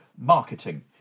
marketing